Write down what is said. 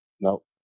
Nope